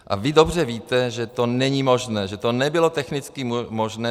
A vy dobře víte, že to není možné, že to nebylo technicky možné.